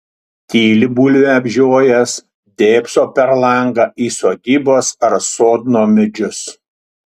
tyli bulvę apžiojęs dėbso per langą į sodybos ar sodno medžius